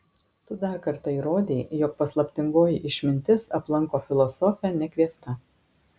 tu dar kartą įrodei jog paslaptingoji išmintis aplanko filosofę nekviesta